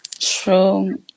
True